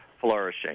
flourishing